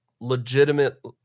legitimate